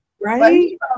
right